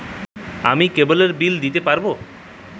আমি কেবলের বিল দিতে পারবো?